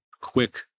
quick